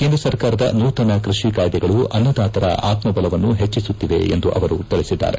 ಕೇಂದ್ರ ಸರ್ಕಾರದ ನೂತನ ಕೃಷಿ ಕಾಯ್ದೆಗಳು ಅನ್ನದಾತರ ಆತ್ಮಲವನ್ನು ಹೆಚ್ಚಿಸುತ್ತಿವೆ ಎಂದು ಅವರು ತಿಳಿಸಿದ್ದಾರೆ